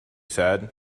said